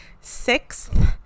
Sixth